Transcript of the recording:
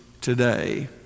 today